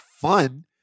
fun